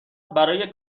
برای